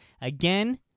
Again